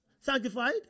Sanctified